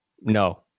No